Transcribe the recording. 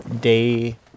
Day